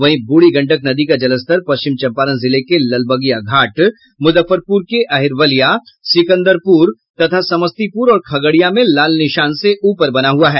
वहीं बूढ़ी गंडक नदी का जलस्तर पश्चिम चंपारण जिले के लालबगिया घाट मुजफ्फरपुर के अहिरवलिया सिकंदरपुर तथा समस्तीपुर और खगड़िया में लाल निशान से ऊपर बना हुआ है